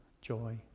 joy